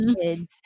kids